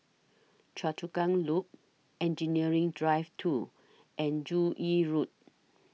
Choa Chu Kang Loop Engineering Drive two and Joo Yee Road